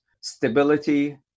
stability